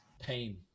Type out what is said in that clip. Pain